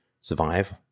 survive